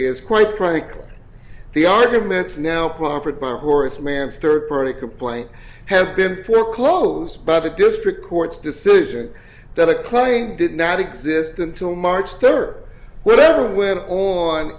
is quite frankly the arguments now proffered by horace mann third party complaint have been foreclosed by the district court's decision that a claim did not exist until march third whatever went on